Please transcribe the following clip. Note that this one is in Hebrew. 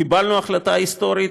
קיבלנו החלטה היסטורית,